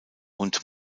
und